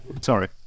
sorry